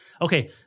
okay